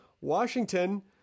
Washington